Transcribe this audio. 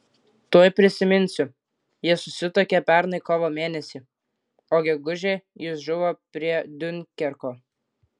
tuoj prisiminsiu jie susituokė pernai kovo mėnesį o gegužę jis žuvo prie diunkerko